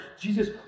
Jesus